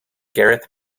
gareth